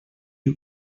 you